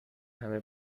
همه